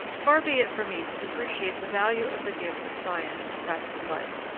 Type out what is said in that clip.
far be it from me to depreciate the value of the gifts of science to practical life,